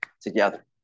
together